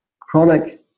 chronic